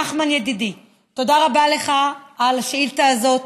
נחמן, ידידי, תודה רבה לך על השאילתה הזאת.